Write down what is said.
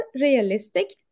realistic